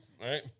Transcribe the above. right